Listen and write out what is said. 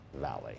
Valley